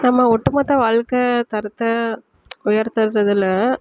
நம்ம ஒட்டு மொத்த வாழ்க்கை தரத்தை உயர்த்ததுறதில்